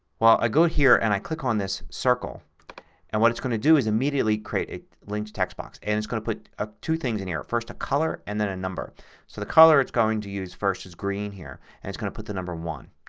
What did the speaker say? well, i go here and i click on this circle and what it's going to do is immediately create a linked text box. it's going to put ah two things in here. first a color and then a number. so the color it's going to use first is green here and it's going to put the number one.